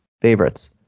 favorites